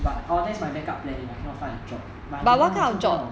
but all that's my backup planning if I cannot find a job but I can't find a good job